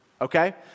okay